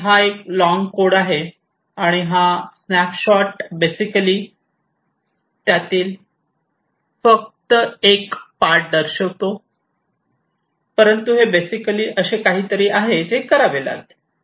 आणि हा एक लॉंग कोड आहे आणि हा स्नॅपशॉट बेसिकली त्यातील फक्त एक पार्ट दर्शवितो परंतु हे बेसिकली असे काहीतरी आहे जे करावे लागेल